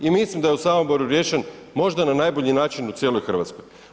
I mislim da je u Samoboru riješen možda na najbolji način u cijeloj Hrvatskoj.